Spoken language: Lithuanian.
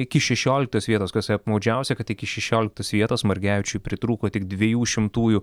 iki šešioliktos vietos kas apmaudžiausia kad iki šešioliktos vietos margevičiui pritrūko tik dviejų šimtųjų